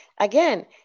again